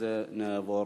תודה רבה.